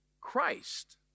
Christ